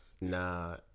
Nah